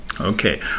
Okay